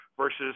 versus